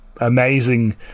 amazing